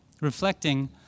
Reflecting